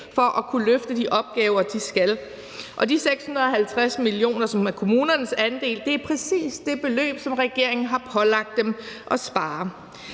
for at kunne løfte de opgaver, de skal. Og de 650 mio. kr., som er kommunernes andel, er præcis det beløb, som regeringen har pålagt dem at spare.